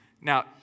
Now